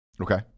Okay